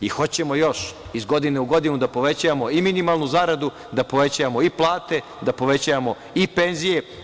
I hoćemo još iz godine u godinu da povećavamo i minimalnu zaradu, da povećavamo i plate, da povećavamo i penzije.